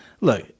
Look